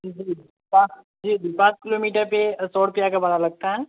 जी जी जी पाँच किलोमीटर सौ रुपया का भाड़ा लगता है